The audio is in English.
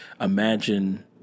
imagine